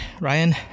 ryan